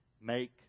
Make